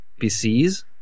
PCs